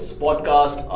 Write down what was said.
podcast